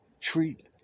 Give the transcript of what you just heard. treat